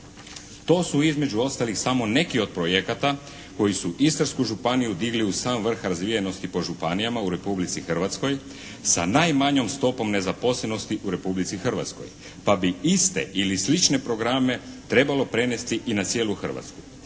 To su između ostalih samo neki od projekata koji su Istarsku županiju digli u sam vrh razvijenosti po županijama u Republici Hrvatskoj sa najmanjom stopom nezaposlenosti u Republici Hrvatskoj, pa bi iste ili slične programe trebalo prenesti i na cijelu Hrvatsku.